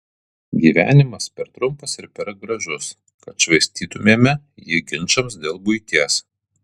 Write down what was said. gyvenimas per trumpas ir per gražus kad švaistytumėme jį ginčams dėl buities